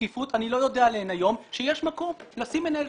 ובשקיפות שאני לא יודע עליהן היום שיש מקום לשים מנהל סניף.